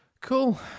Cool